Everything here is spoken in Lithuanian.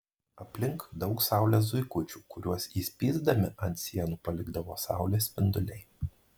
aplink daug saulės zuikučių kuriuos įspįsdami ant sienų palikdavo saulės spinduliai